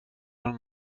den